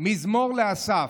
"מזמור לאסף,